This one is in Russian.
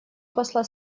посла